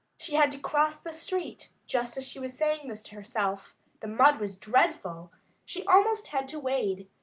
she had to cross the street just as she was saying this to herself the mud was dreadful she almost had to wade.